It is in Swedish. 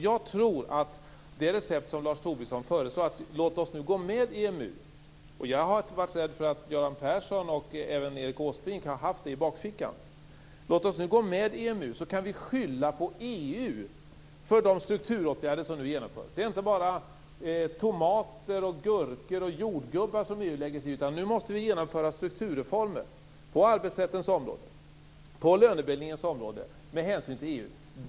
Jag tror att det recept som Lars Tobisson föreslår, nämligen att vi nu skall gå med i EMU - jag har varit rädd för att Göran Persson och även Erik Åsbrink har haft det i bakfickan - så kan vi skylla på EU för de strukturåtgärder som nu genomförs. Det är inte bara tomater, gurkor och jordgubbar som EU lägger sig i, utan nu måste vi genomföra strukturreformer på arbetsrättens område och på lönebildningens område med hänsyn till EU.